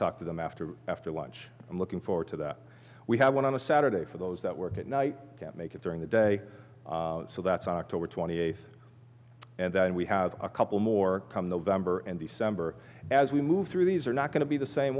talk to them after after lunch and looking forward to that we have one on a saturday for those that work at night make it during the day so that's october twenty eighth and then we have a couple more come november and december as we move through these are not going to be the same